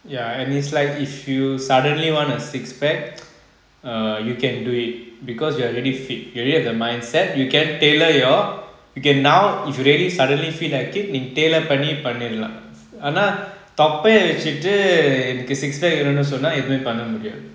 ya and it's like if you suddenly want a six pack ah you can do it because you're already fit you already have the mindset you can tailor your you can now if you really suddenly feel like it ஆனா தொப்பை வெச்சிட்டு நீ: aana thoppa vechitu nee six pack வேணும் சொன்ன ஒன்னும் பண்ண முடியாது:venum sonna onum panna mudiyathu